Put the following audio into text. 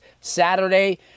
Saturday